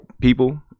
people